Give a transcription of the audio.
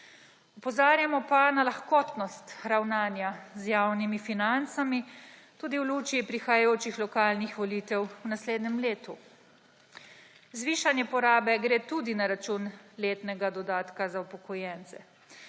Opozarjamo pa na lahkotnost ravnanja z javnimi financami tudi v luči prihajajočih lokalnih volitev v naslednjem letu. Zvišanja porabe gre tudi na račun letnega dodatka za upokojence.